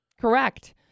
Correct